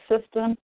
system